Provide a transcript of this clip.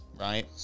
right